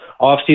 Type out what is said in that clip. offseason